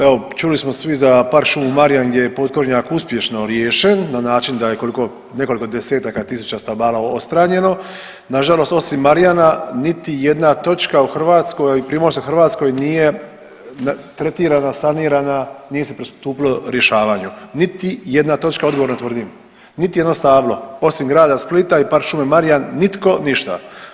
Evo čuli smo svi za Park šumu Marjan gdje je potkornjak uspješno riješen na način da je nekoliko desetaka tisuća stabala odstranjeno, nažalost osim Marjana niti jedna točka u Hrvatskoj, a i u Primorskoj Hrvatskoj nije tretirana, sanirana, nije se pristupilo rješavanju niti jedna točka odgovorno tvrdim, niti jedno stablo, osim grada Splita i Park šume Marjan nitko ništa.